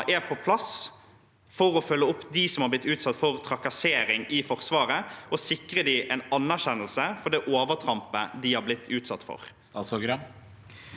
er på plass for å følge opp dem som har blitt utsatt for trakassering i Forsvaret, og å sikre dem en anerkjennelse av det overtrampet de har blitt utsatt for? Statsråd